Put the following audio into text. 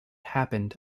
happened